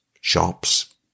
shops